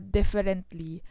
Differently